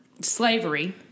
slavery